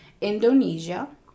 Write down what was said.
Indonesia